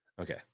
Okay